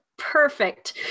Perfect